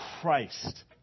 Christ